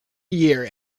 year